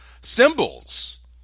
symbols